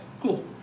cool